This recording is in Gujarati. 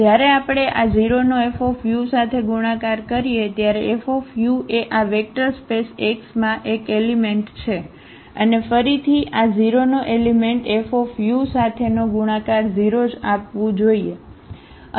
તેથી જ્યારે આપણે આ 0 નો Fu સાથે ગુણાકાર કરીએ ત્યારે F એ આ વેક્ટર સ્પેસ X માં એક એલિમેન્ટ છે અને ફરીથી આ 0 નો એલિમેન્ટ Fu સાથેનો ગુણાકાર 0 જ આપવું જોઇએ